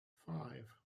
five